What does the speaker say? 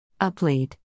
uplead